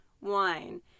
wine